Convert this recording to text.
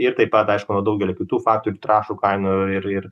ir taip pat aišku nuo daugelio kitų faktorių trąšų kainų ir ir